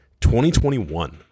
2021